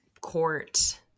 court